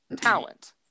Talent